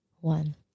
one